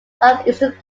southeastern